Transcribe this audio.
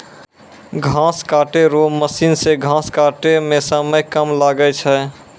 घास काटै रो मशीन से घास काटै मे समय कम लागै छै